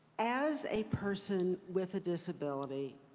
as a person with a disability,